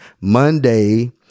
Monday